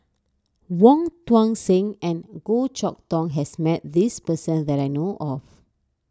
Wong Tuang Seng and Goh Chok Tong has met this person that I know of